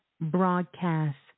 broadcast